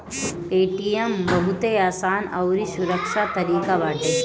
Paytm बहुते आसान अउरी सुरक्षित तरीका बाटे